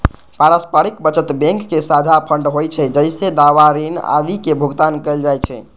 पारस्परिक बचत बैंक के साझा फंड होइ छै, जइसे दावा, ऋण आदिक भुगतान कैल जाइ छै